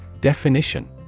Definition